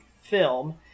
film